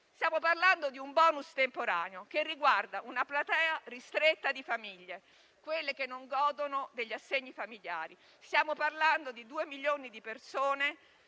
stiamo parlando di un *bonus* temporaneo che riguarda una platea ristretta di famiglie, quelle che non godono degli assegni familiari. Stiamo parlando di 2 milioni di persone,